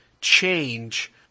change